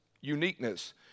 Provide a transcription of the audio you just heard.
uniqueness